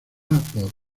por